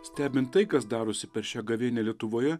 stebint tai kas darosi per šią gavėnią lietuvoje